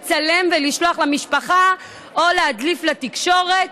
לצלם ולשלוח למשפחה או להדליף לתקשורת.